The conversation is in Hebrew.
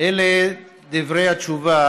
אלה דברי התשובה